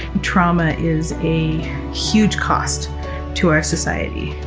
trauma is a huge cost to our society.